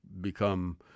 become